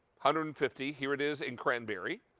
hundred and fifty, here it is in cranberry,